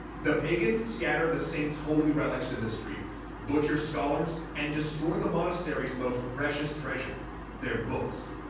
the pagans scatter the saint's holy relics in the streets, butchers scholars, and destroy the monastery's most precious treasure their books.